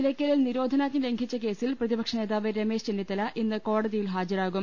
നിലയ്ക്കലിൽ നിരോധനാജ്ഞ ലംഘിച്ച കേസിൽ പ്രതിപ ക്ഷനേതാവ് രമേശ് ചെന്നിത്തല ഇന്ന് കോടതിയിൽ ഹാജരാ കും